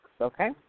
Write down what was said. okay